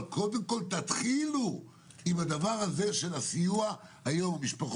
אבל קודם כל תתחילו עם הדבר של הסיוע למשפחות.